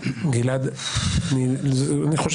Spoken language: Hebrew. הרוב הסטודנטיאלי תומך ברפורמה ככתבה